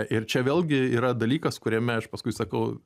ir čia vėlgi yra dalykas kuriame aš paskui sakau